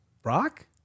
brock